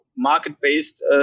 market-based